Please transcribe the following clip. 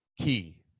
Key